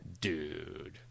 Dude